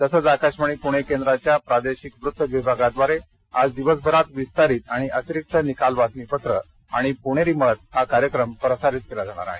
तसंच आकाशवाणी पुणे केंद्राच्या प्रादेशिक वृत्त विभागाद्वारे आज दिवसभरात विस्तारित आणि अतिरिक्त निकाल बातमीपत्र आणि पुणेरी मत हा कार्यक्रम प्रसारित केला जाणार आहे